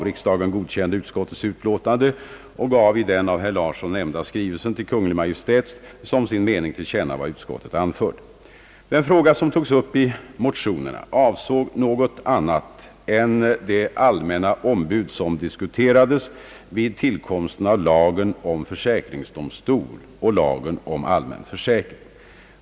Riksdagen godkände utskottets utlåtande och gav i den av herr Larsson nämnda skrivelsen till Kungl. Maj:t som sin mening till känna vad utskottet anfört. Den fråga som togs upp i motionerna avsåg något annat än det allmänna ombud som diskuterades vid tillkomsten av lagen om försäkringsdomstol och lagen om allmän försäkring.